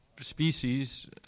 species